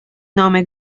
nome